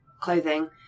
clothing